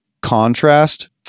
contrast